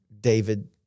David